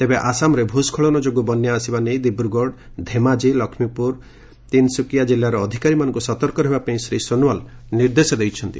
ତେବେ ଆସାମରେ ଭୂସ୍କଳନ ଯୋଗୁଁ ବନ୍ୟା ଆସିବା ନେଇ ଦିବ୍ରଗଡ଼ ଧେମାଜୀ ଲକ୍ଷ୍ମୀପୁର ତିନ୍ସୁକିଆ କିଲ୍ଲାର ଅଧିକାରୀମାନଙ୍କୁ ସତର୍କ ରହିବା ପାଇଁ ଶ୍ରୀ ସୋନୱାଲ ନିର୍ଦ୍ଦେଶ ଦେଇଛନ୍ତି